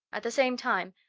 at the same time,